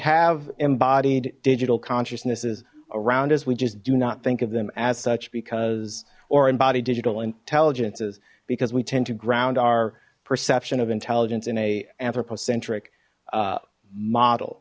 have embodied digital consciousnesses around us we just do not think of them as such because or embody digital intelligences because we tend to ground our perception of intelligence in a a